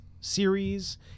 series